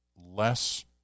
less